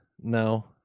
No